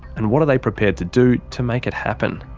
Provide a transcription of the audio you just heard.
and what are they prepared to do to make it happen?